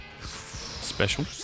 Special